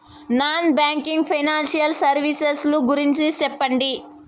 Non banking financial services ల గురించి సెప్పండి?